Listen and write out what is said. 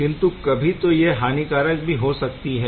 किंतु कभी तो यह हानिकारक भी हो सकती है